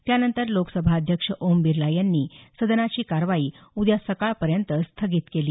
त्यानंतर लोकसभाध्यक्ष ओम बिर्ला यांनी सदनाची कारवाई उद्या सकाळपर्यंत स्थगित केली